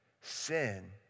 Sin